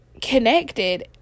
connected